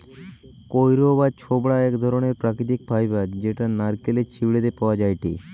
কইর বা ছোবড়া এক ধরণের প্রাকৃতিক ফাইবার যেটা নারকেলের ছিবড়ে তে পাওয়া যায়টে